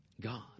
God